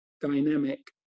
dynamic